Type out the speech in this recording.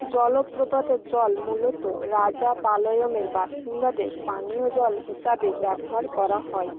জলপ্রপাতের জল মূলত রাজা পালয়মের বাসিন্দাদের পানীয় জল হিসাবে ব্যবহার করা হয়